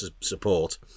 support